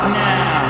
now